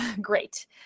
great